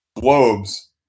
globes